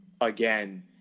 again